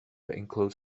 include